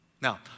Now